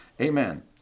amen